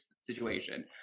situation